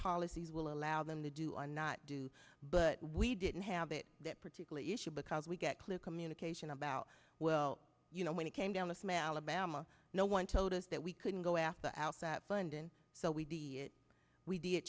policies will allow them to do or not do but we didn't have that that particular issue because we get clear communication about well you know when it came down the smell of bama no one told us that we couldn't go after out that funding so we did we did